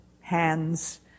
hands